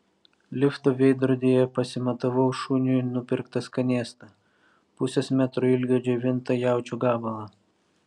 lifto veidrodyje pasimatavau šuniui nupirktą skanėstą pusės metro ilgio džiovintą jaučio gabalą